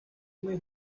muy